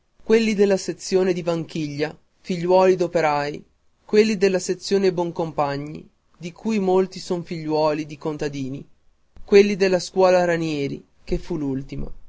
quelli della sezione di vanchiglia figliuoli d'operai quelli della sezione boncompagni di cui molti son figliuoli di contadini quelli della scuola raineri che fu